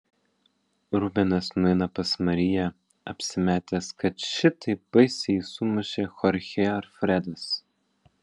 rubenas nueina pas mariją apsimetęs kad šitaip baisiai jį sumušė chorchė alfredas